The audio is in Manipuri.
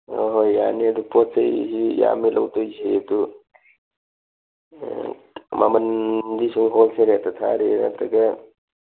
ꯑꯣ ꯍꯣꯏ ꯌꯥꯅꯤ ꯑꯗꯨ ꯄꯣꯠ ꯆꯩꯁꯤ ꯌꯥꯝꯃꯦ ꯂꯧꯗꯣꯏꯁꯤ ꯑꯗꯨ ꯃꯃꯜꯗꯤ ꯁꯨꯝ ꯍꯣꯜꯁꯦꯜ ꯔꯦꯠꯇ ꯊꯥꯔꯤꯔ ꯅꯠꯇ꯭ꯔꯒ